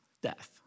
death